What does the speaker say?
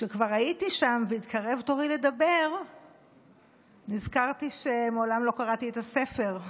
כשכבר הייתי שם והתקרב תורי לדבר נזכרתי שמעולם לא קראתי את הספר.